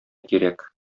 кирәк